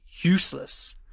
useless